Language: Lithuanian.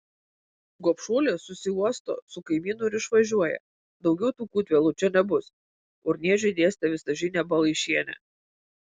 gobšuolė susiuosto su kaimynu ir išvažiuoja daugiau tų kūtvėlų čia nebus urniežiui dėstė visažinė balaišienė